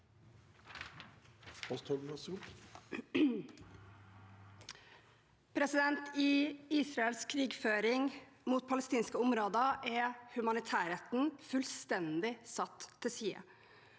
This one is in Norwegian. I Israels krigfø- ring mot palestinske områder er humanitærretten fullstendig satt til side.